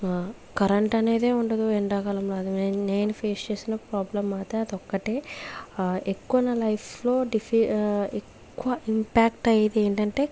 current అనేదే ఉండదు ఎండాకాలంలో నే నేను ఫేస్ చేసిన ప్రాబ్లం మాత్రం అదొక్కటే ఎక్కువ నా లైఫ్ లో డిఫ ఎక్కువ ఇంపాక్ట్ అయ్యేది ఏంటంటే